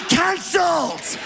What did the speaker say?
cancelled